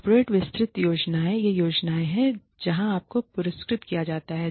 corporate विस्तृत योजनाएँ वे योजनाएँ हैं जहाँ आपको पुरस्कृत किया जाता है